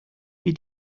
wir